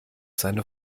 seine